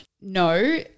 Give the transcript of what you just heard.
No